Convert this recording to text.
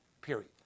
period